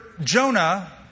Jonah